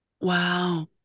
Wow